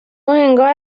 انگار